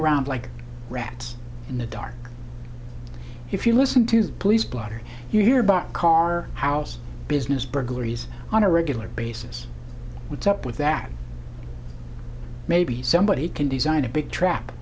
around like rats in the dark if you listen to the police blotter you hear about car house business burglaries on a regular basis what's up with that maybe somebody can design a big trap